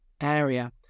area